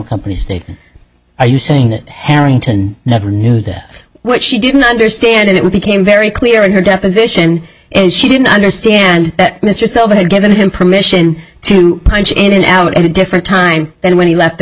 company's date are you saying that harrington never knew that what she didn't understand it became very clear in her deposition and she didn't understand that mr silver had given him permission to punch in and out at a different time then when he left the